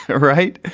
right.